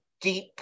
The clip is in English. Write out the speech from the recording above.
deep